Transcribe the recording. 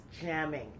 jamming